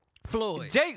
Floyd